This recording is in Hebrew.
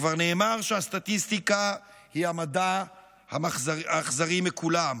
כבר נאמר שהסטטיסטיקה היא המדע האכזרי מכולם.